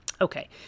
Okay